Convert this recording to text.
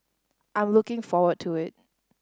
I'm looking forward to it